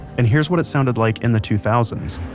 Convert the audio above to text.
and here's what it sounded like in the two thousand s